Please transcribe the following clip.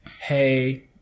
hey